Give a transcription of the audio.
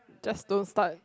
just don't start